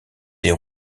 des